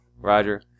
Roger